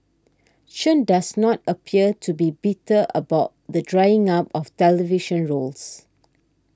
Chen does not appear to be bitter about the drying up of television roles